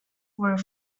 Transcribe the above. were